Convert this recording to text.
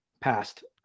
passed